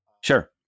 Sure